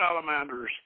salamanders